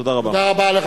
תודה רבה.